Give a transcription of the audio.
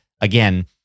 again